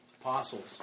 apostles